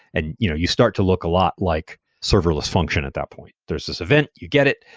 and you know you start to look a lot like serverless function at that point. there's this event. you get it.